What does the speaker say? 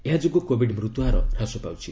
ଏହାଯୋଗୁଁ କୋବିଡ୍ ମୃତ୍ୟୁହାର ହ୍ରାସ ପାଉଛି